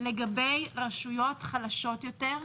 לגבי רשויות חלשות יותר,